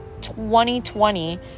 2020